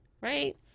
right